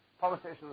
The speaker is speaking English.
politicians